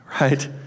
Right